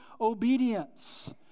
obedience